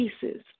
pieces